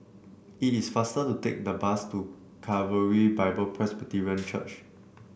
it is faster to take the bus to Calvary Bible Presbyterian Church